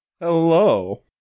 Hello